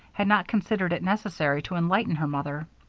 had not considered it necessary to enlighten her mother.